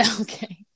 okay